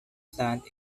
plant